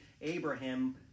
Abraham